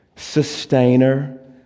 sustainer